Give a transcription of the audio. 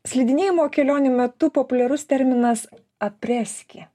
slidinėjimo kelionių metu populiarus terminas apreski